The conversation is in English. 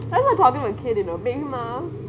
I love talking to the kid in milimah